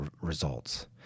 results